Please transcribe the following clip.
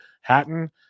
Hatton